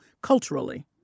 culturally